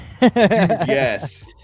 Yes